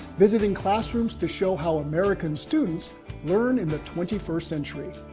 visiting classrooms to show how american students learn in the twenty first century.